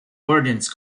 ordnance